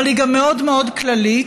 אבל היא גם מאוד מאוד כללית.